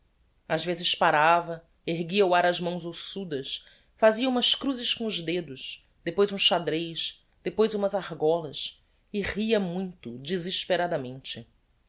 ás vezes parava erguia ao ar as mãos ossudas fazia umas cruzes com os dedos depois um xadrez depois umas argolas e ria muito desesperadamente